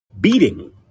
beating